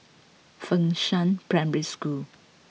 Fengshan Primary School